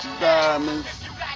diamonds